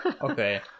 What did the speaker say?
Okay